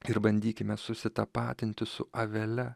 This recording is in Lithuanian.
ir bandykime susitapatinti su avele